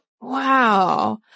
Wow